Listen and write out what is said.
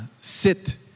sit